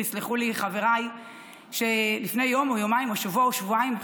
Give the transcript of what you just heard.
ויסלחו לי חבריי שלפני יום או יומיים או שבוע או שבועיים,